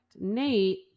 Nate